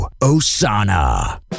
Osana